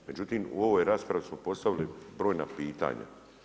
Međutim, u ovoj raspravi smo postavili brojna pitanja.